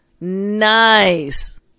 Nice